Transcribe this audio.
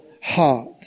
heart